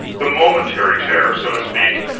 the momentary terror, so to speak